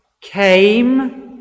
came